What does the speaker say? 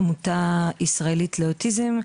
עמותה ישראלית לאוטיזם.